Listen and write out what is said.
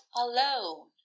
alone